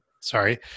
Sorry